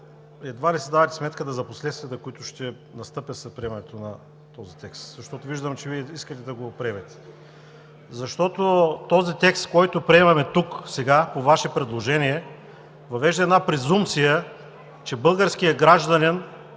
едва ли си давате сметка за последствията, които ще настъпят след приемането на този текст, защото виждам, че Вие искате да го приемете. Този текст, който приемаме тук по Ваше предложение, въвежда една презумпция, че българският гражданин